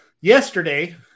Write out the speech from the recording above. yesterday